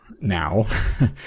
now